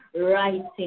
writing